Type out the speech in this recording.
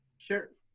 sure.